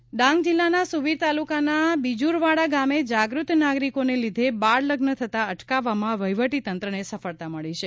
ડાંગ બાળલગ્ન ડાંગ જીલ્લાના સુબીર તાલુકાના બીજુરવાડા ગામે જાગૃત નાગરિકોને લીધે બાળલગ્ન થતા અટકાવવામાં વહીવટીતંત્રને સફળતા મળી છે